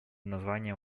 названием